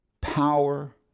power